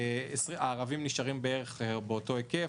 ערבים נשארים בערך באותו שיעור,